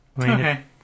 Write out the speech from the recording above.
okay